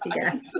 Yes